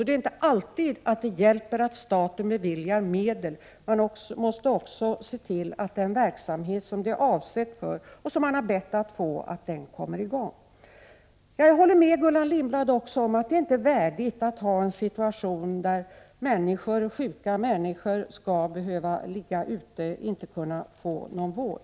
Det hjälper alltså inte alltid att staten beviljar medel. Man måste också se till att den verksamhet som medlen är avsedda för och som har efterfrågats kommer i gång. Jag håller med Gullan Lindblad om att det inte är värdigt med en situation som innebär att sjuka människor ligger ute och inte får någon vård.